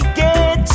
get